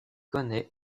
connait